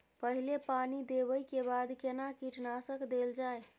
पहिले पानी देबै के बाद केना कीटनासक देल जाय?